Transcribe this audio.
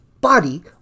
body